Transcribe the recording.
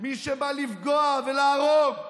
מי שבא לפגוע ולהרוג,